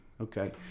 okay